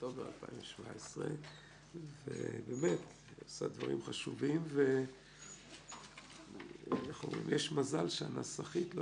מאוקטובר 2017. היא עושה דברים חשובים ויש מזל שהנסחית לא